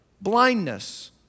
blindness